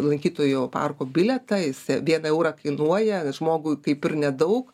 lankytojų parko bilietą jis vieną eurą kainuoja žmogui kaip ir nedaug